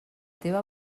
teva